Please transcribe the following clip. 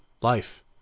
life